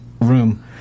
room